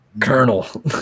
Colonel